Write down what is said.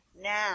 now